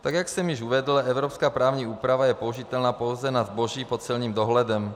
Tak jak jsem již uvedl, evropská právní úprava je použitelná pouze na zboží pod celním dohledem.